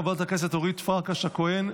חברת הכנסת אורית פרקש הכהן,